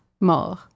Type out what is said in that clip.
mort